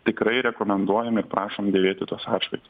tikrai rekomenduojam ir prašom dėvėti tuos atšvait